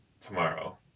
tomorrow